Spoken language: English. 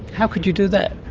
how could you do that?